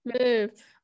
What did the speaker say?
move